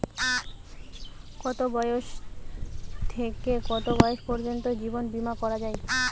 কতো বয়স থেকে কত বয়স পর্যন্ত জীবন বিমা করা যায়?